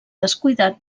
descuidat